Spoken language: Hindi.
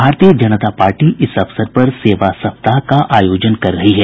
भारतीय जनता पार्टी इस अवसर सेवा सप्ताह का आयोजन कर रही है